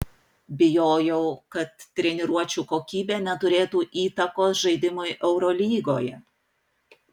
bijojau kad treniruočių kokybė neturėtų įtakos žaidimui eurolygoje